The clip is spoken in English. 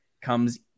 comes